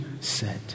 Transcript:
set